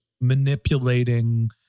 manipulating